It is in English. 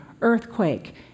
earthquake